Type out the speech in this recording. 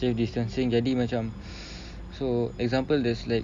safe distancing jadi macam so example there's like